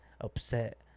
Upset